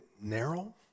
narrow